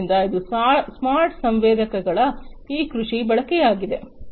ಆದ್ದರಿಂದ ಇದು ಸ್ಮಾರ್ಟ್ ಸಂವೇದಕಗಳ ಈ ಕೃಷಿ ಬಳಕೆಯಾಗಿದೆ